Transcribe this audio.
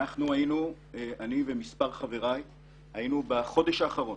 האלוף בריק, היינו אני ומספר חבריי בחודש האחרון